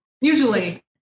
Usually